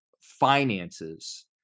finances